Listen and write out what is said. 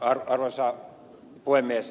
arvoisa puhemies